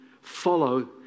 follow